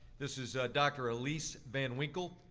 this is dr. elise van winkle.